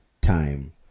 time